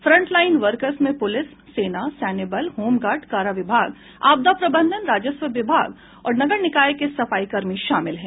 front line workers में police सेना सैन्य बल होमगार्ड कारा विभाग आपदा प्रबंधन राजस्व विभाग और नगर निकाय के सफाई कर्मी शामिल हैं